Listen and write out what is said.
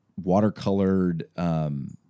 watercolored